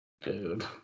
Dude